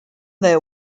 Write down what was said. their